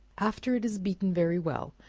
after it is beaten very well,